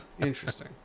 Interesting